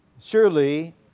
Surely